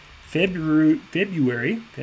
February